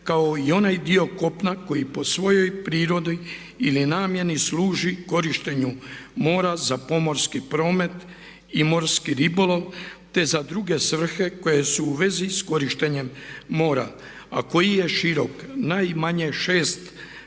kao i onaj dio kopna koji po svojoj prirodi ili namjeni služi korištenju mora za pomorski promet i morski ribolov te za druge svrhe koje su u vezi s korištenjem mora a koji je širok najmanje 6